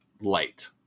light